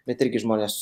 bet irgi žmonės